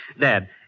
Dad